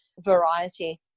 variety